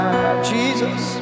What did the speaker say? Jesus